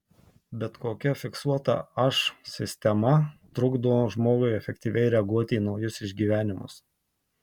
bet kokia fiksuota aš sistema trukdo žmogui efektyviai reaguoti į naujus išgyvenimus